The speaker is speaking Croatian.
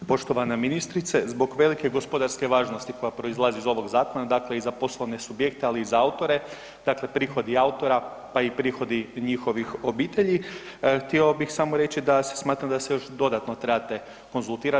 Poštovana ministrice, zbog velike gospodarske važnosti koja proizlazi iz ovog zakona, dakle i za poslovne subjekte, ali i za autore, dakle prihodi autora, pa i prihodi njihovih obitelji, htio bih samo reći da smatram da se još dodatno trebate konzultirati.